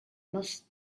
mos